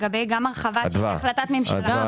החלטת ממשלה.